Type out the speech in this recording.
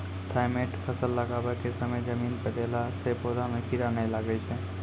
Thimet फ़सल लगाबै के समय जमीन मे देला से पौधा मे कीड़ा नैय लागै छै?